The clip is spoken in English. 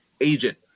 agent